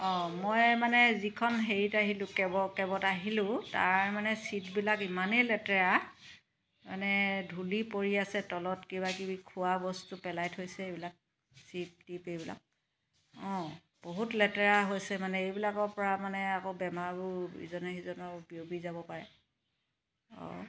মই মানে যিখন হেৰিত আহিলো কেব কেবত আহিলো তাৰ মানে ছিটবিলাক ইমানেই লেতেৰা মানে ধূলি পৰি আছে তলত কিবা কিবি খোৱা বস্তু পেলাই থৈছে এইবিলাক চিপ টিপ এইবিলাক অ' বহুত লেতেৰা হৈছে মানে এইবিলাকৰ পৰা মানে আকৌ বেমাৰবোৰ ইজনে সিজনৰ বিয়পি যাব পাৰে অ'